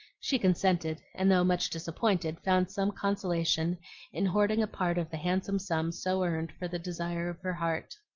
she consented, and though much disappointed found some consolation in hoarding a part of the handsome sum so earned for the desire of her heart.